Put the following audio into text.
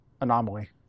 anomaly